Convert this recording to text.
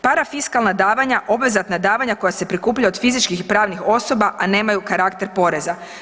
Parafiskalna davanja, obvezatna davanja koja se prikuplja od fizičkih i pravnih osoba, a nemaju karakter poreza.